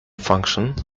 function